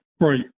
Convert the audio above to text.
Right